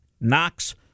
Knox